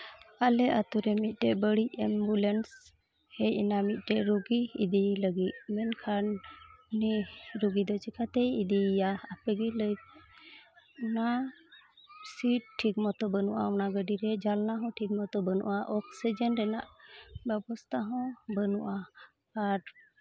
ᱟᱞᱮ ᱟᱹᱛᱩ ᱨᱮ ᱢᱤᱫᱴᱮᱡ ᱵᱟᱹᱲᱤᱡ ᱮᱢᱵᱩᱞᱮᱱᱥ ᱦᱮᱡ ᱮᱱᱟ ᱢᱤᱫᱴᱮᱡ ᱨᱩᱜᱤ ᱤᱫᱤᱭᱮ ᱞᱟᱹᱜᱤᱫ ᱢᱮᱱᱠᱷᱟᱱ ᱩᱱᱤ ᱨᱩᱜᱤ ᱫᱚ ᱪᱤᱠᱟᱛᱮᱭ ᱤᱫᱤᱭᱮᱭᱟ ᱟᱯᱮᱜᱮ ᱞᱟᱹᱭᱯᱮ ᱚᱱᱟ ᱥᱤᱴ ᱴᱷᱤᱠ ᱢᱚᱛᱳ ᱵᱟᱹᱱᱩᱜᱼᱟ ᱚᱱᱟ ᱜᱟᱹᱰᱤᱨᱮ ᱡᱟᱱᱞᱟ ᱦᱚᱸ ᱴᱷᱤᱠ ᱢᱚᱛᱳ ᱵᱟᱹᱱᱩᱜᱼᱟ ᱚᱠᱥᱤᱡᱮᱱ ᱨᱮᱱᱟᱜ ᱵᱮᱵᱚᱥᱛᱷᱟ ᱦᱚᱸ ᱵᱟᱹᱱᱩᱜ ᱟᱨ